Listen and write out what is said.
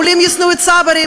העולים ישנאו את הצברים,